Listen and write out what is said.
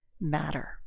matter